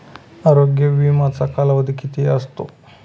आरोग्य विम्याचा कालावधी किती असतो?